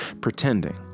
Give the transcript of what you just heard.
pretending